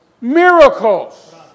miracles